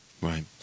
Right